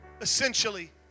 Essentially